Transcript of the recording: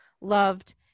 loved